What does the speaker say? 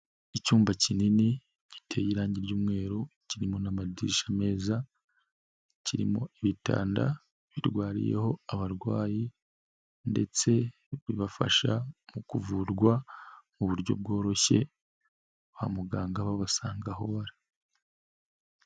Icyumba kinini, giteye irangi ry'umweru, kirimo n'amadirisha meza, kirimo ibitanda, birwariyeho abarwayi ndetse bibafasha mu kuvurwa mu buryo bworoshye, ba muganga babasanga aho bari.